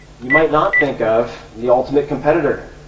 you might not think of the ultimate competitor,